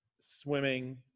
swimming